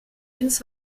ins